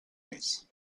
més